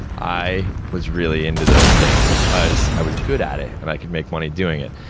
i was really into those things, because i was good at it, and i could make money doing it.